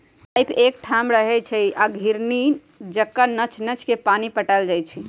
pipe एकठाम रहै छइ आ घिरणी जका नच नच के पानी पटायल जाइ छै